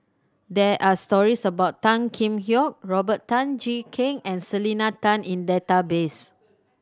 there are stories about Tan Kheam Hock Robert Tan Jee Keng and Selena Tan in database